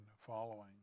following